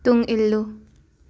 ꯇꯨꯡ ꯏꯜꯂꯨ